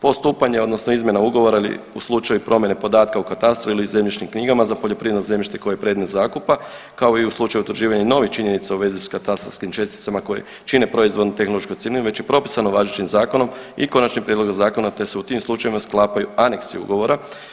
Postupanje odnosno izmjena ugovora ili u slučaju promjene podatka o katastru ili zemljišnim knjigama za poljoprivredno zemljište koje je predmet zakupa kao i u slučaju utvrđivanja novih činjenica u vezi s katastarskim česticama koje čine proizvodnu tehnološku cjelinu već je propisano važećim zakonom i konačnim prijedlogom zakona te se u tim slučajevima sklapaju aneksi ugovora.